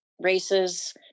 races